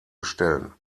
bestellen